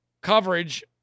coverage